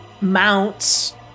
mounts